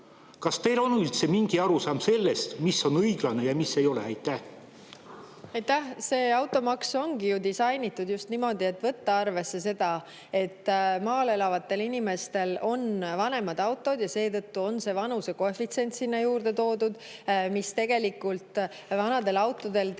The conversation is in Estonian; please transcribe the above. Kas teil on üldse mingi arusaam sellest, mis on õiglane ja mis ei ole? Aitäh! See automaks ongi ju disainitud niimoodi, et võtta arvesse seda, et maal elavatel inimestel on vanemad autod, ja seetõttu on see vanusekoefitsient sinna juurde toodud. See tegelikult vanadel autodel teeb